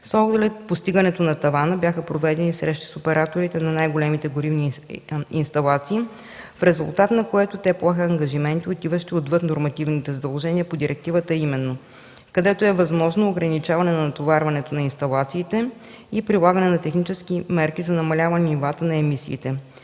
С оглед постигането на тавана бяха проведени срещи с операторите на най-големите горивни инсталации, в резултат на което те поеха ангажименти, отиващи отвън нормативните задължения по директивата, а именно: където е възможно, ограничаване натоварването на инсталациите и прилагане на технически мерки за намаляване нивата на емисиите,